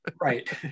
right